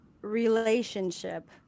relationship